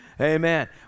amen